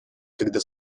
когда